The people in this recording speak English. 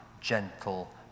gentle